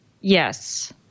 Yes